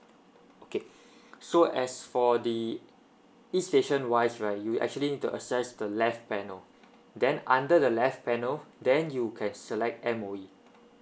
okay so as for the e station wise right you actually need to access the left panel then under the left panel then you can select M_O_E